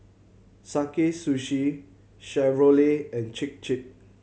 Sakae Sushi Chevrolet and Chir Chir